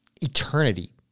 eternity